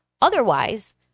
Otherwise